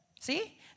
see